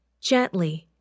Gently